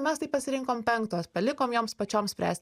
mes taip pasirinkom penkto palikom joms pačioms spręs